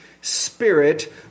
spirit